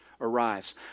arrives